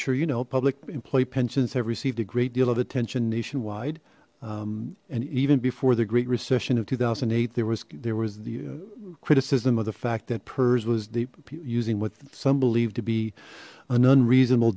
sure you know public employee pensions have received a great deal of attention nationwide and even before the great recession of two thousand and eight there was there was the criticism of the fact that pers was the using what some believe to be an unreasonable